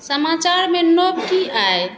समाचारमे नव की आइ